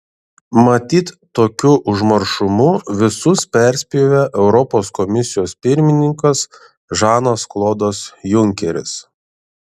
matyt tokiu užmaršumu visus perspjovė europos komisijos pirmininkas žanas klodas junkeris